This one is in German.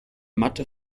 matte